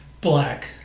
black